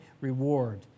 reward